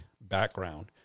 background